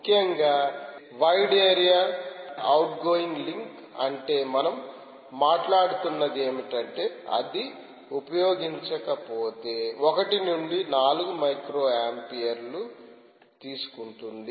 ముఖ్యంగా wide area outgoing link అంటే మనం మాట్లాడుతున్నది ఏమిటంటే అది ఉపయోగించకపోతే ఒకటి నుండి నాలుగు మైక్రోఆంపియర్ తీసుకుంటుంది